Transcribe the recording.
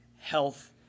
health